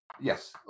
Yes